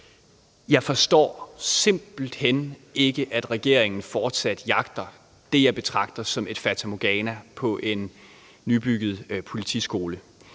Jeg forstår simpelt hen ikke, at regeringen fortsat jagter det, jeg betragter som et fatamorgana af en nybygget politiskole,